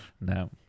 No